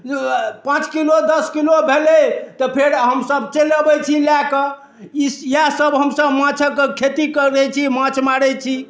पाँच किलो दश किलो भेलै तऽ फेर हमसब चलि अबैत छी लए कऽ इएह सब हमसब माँछक खेती करैत छी माँछ मारैत छी